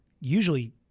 usually